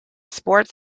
sports